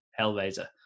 Hellraiser